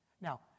Now